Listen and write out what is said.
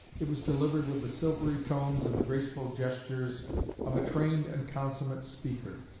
it was delivered with the silvery tones and the graceful gestures of a trained and consummate speaker.